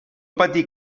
patir